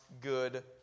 good